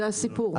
זה הסיפור.